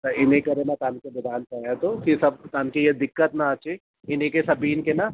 त इने करे मां तव्हांखे ॿुधाइणु चाहियां थो की सभु तव्हांखे हीअ दिक़त न अचे इन खे सभिनि खे न